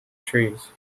trees